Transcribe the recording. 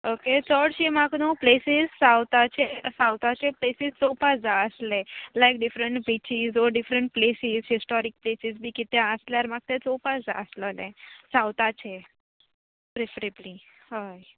okay चडशीं म्हाका न्हू प्लेसीस सावथाचे सावथाचे प्लेसीस चोवपा जाय आसले like different beaches or different places historic places बी कितें आसल्यार म्हाका तें चोवपा जाय आसलोलें सावथाचे प्रेफरेबली हय